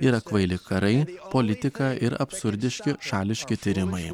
yra kvaili karai politika ir absurdiški šališki tyrimai